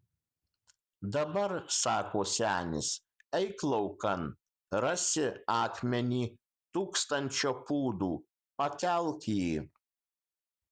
dabar sako senis eik laukan rasi akmenį tūkstančio pūdų pakelk jį